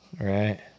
Right